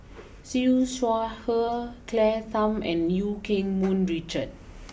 Siew Shaw Her Claire Tham and Eu Keng Mun Richard